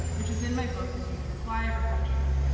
which is in my book, the view from flyover country.